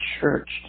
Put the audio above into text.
church